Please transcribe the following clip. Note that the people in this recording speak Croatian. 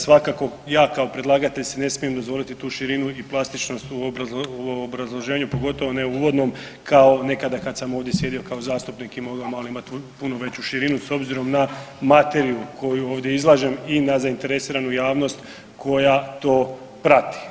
Svakako ja kao predlagatelj si ne smijem dozvoliti tu širinu i plastičnost u obrazloženju, pogotovo ne u uvodnom kao nekada kada sam ovdje sjedio kao zastupnik i mogao imati puno veću širinu s obzirom na materiju koju ovdje izlažem i na zainteresiranu javnost koja to prati.